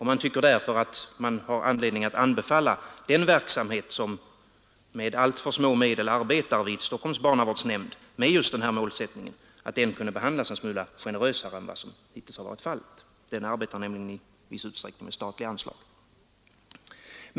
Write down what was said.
Man har därför anledning att anbefalla att den verksamhet, som med alltför små medel pågår vid Stockholms barnavårdsnämnd med just denna målsättning, skulle behandlas en smula generösare än vad som hittills varit fallet. Den arbetar nämligen i viss utsträckning med statliga anslag.